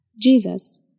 Jesus